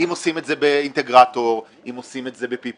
אם עושים את זה באינטגרטור, אם עושים את זה ב-PPP